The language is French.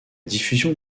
diffusion